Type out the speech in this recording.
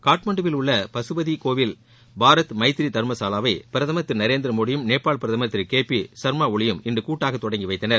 காட்மண்டுவில் உள்ள பசுபதிகோவிலில் பாரத் மைத்ரி தர்மசாலாவை பிரதமர் திரு நரேந்திர மோடியும் நேபாள் பிரதமர் திரு கே பி சர்மா ஒலியும் இன்று கூட்டாக தொடங்கி வைத்தனர்